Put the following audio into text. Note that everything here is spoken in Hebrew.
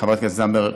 חברת הכנסת זנדברג,